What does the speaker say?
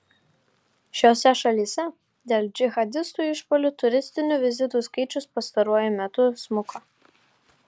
šiose šalyse dėl džihadistų išpuolių turistinių vizitų skaičius pastaruoju metu smuko